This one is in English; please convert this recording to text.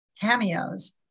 cameos